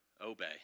obey